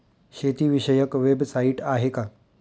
शेतीविषयक वेबसाइट आहे का?